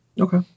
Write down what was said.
Okay